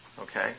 Okay